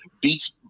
Beats